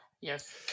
Yes